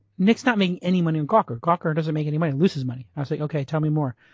nick's not making any money on gawker. gawker doesn't make any money, loses money. i was like okay, tell me more.